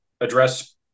address